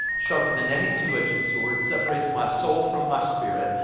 sharper than any two-edged sword. separates my soul from my spirit,